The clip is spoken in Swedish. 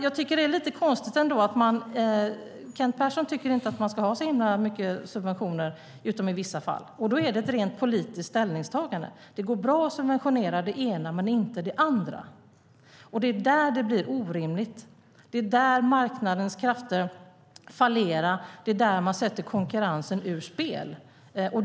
Jag tycker att det är lite konstigt att Kent Persson tycker att man inte ska ha så himla mycket subventioner utom i vissa fall. Det är ett rent politiskt ställningstagande. Det går bra att subventionera det ena men inte det andra, och det är där det blir orimligt. Det är där marknadskrafterna fallerar. Det är där man sätter konkurrensen ur spel.